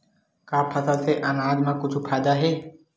का फसल से आनाज मा कुछु फ़ायदा हे?